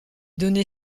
donné